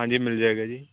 ਹਾਂਜੀ ਮਿਲ ਜਾਏਗਾ ਜੀ